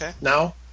now